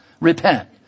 Repent